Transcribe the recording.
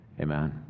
amen